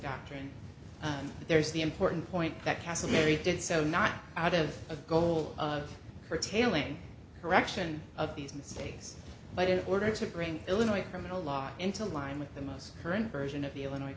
doctrine there's the important point that castleberry did so not out of a goal of curtailing correction of these mistakes but it order to bring illinois criminal law into line with the most current version of the illinois